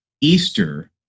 Easter